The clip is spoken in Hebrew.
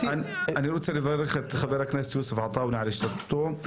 אני רוצה לברך את חבר הכנסת יוסף עטאונה על השתתפותו.